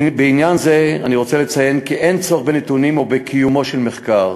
בעניין זה אני רוצה לציין כי אין צורך בנתונים או בקיומו של מחקר,